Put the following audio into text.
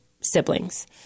siblings